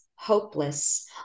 hopeless